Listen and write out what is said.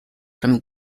from